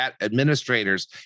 administrators